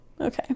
Okay